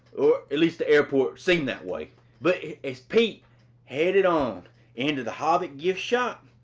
at least the airport seemed that way. but as pete headed on into the hobbit gift shop.